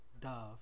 Dove